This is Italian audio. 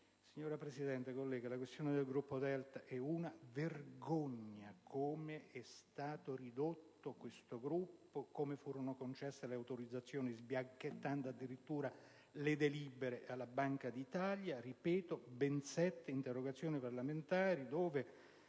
signora Presidente, colleghi, la questione del gruppo Delta e una vergogna: pensiamo a come estato ridotto questo gruppo e a come furono concesse le autorizzazioni, sbianchettando addirittura le delibere dalla Banca d’Italia. Ripeto, ho presentato ben sette interrogazioni parlamentari,